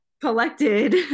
collected